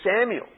Samuel